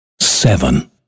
seven